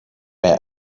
mehr